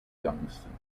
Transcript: youngstown